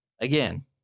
Again